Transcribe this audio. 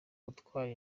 gutwara